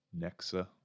nexa